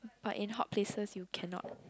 but in hot places you cannot